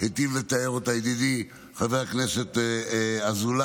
שהיטיב לתאר אותה ידידי חבר הכנסת אזולאי,